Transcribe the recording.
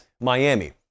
Miami